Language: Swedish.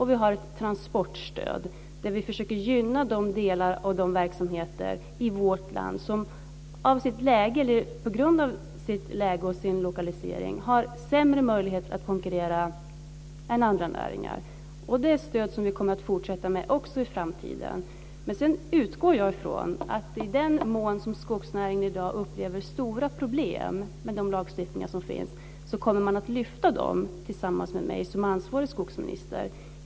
Vi har ett transportstöd där vi försöker gynna de delar av verksamheter i vårt land som på grund av sitt läge och lokalisering har sämre möjlighet att konkurrera än andra näringar. Det är ett stöd som vi kommer att fortsätta med också i framtiden. Jag utgår ifrån att i den mån som skogsnäringen i dag upplever stora problem med de lagstiftningar som finns kommer man att lyfta fram dem tillsammans med mig som ansvarig skogsminister.